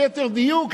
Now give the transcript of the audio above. ליתר דיוק,